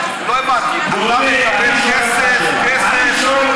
לא הבנתי, כסף, כסף.